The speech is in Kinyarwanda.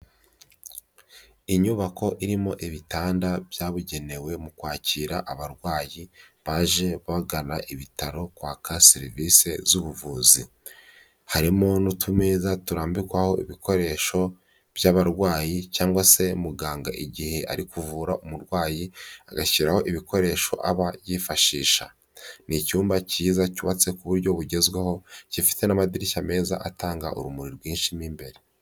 Inyubako irimo ibitanda byabugenewe mu kwakira abarwayi baje bagana ibitaro kwaka serivise z'ubuvuzi, harimo n'utumeza turambikwaho ibikoresho by'abarwayi cyangwa se muganga igihe ari kuvura umurwayi agashyiraho ibikoresho aba yifashisha, ni icyumba cyiza cyubatse ku buryo bugezweho gifite n'amadirishya meza atanga urumuri rwinshi mo imbere.